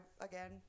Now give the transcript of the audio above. again